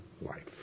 life